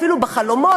אפילו בחלומות,